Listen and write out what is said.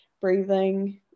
breathing